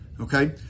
Okay